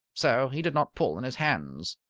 so he did not pull in his hands.